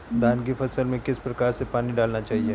धान की फसल में किस प्रकार से पानी डालना चाहिए?